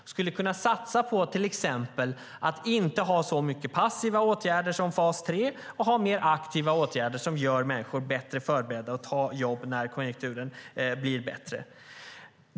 Vi skulle till exempel kunna satsa på att inte ha så många passiva åtgärder som fas 3 och ha mer aktiva åtgärder som gör människor bättre förberedda på att ta jobb när konjunkturen blir bättre.